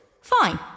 Fine